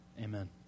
amen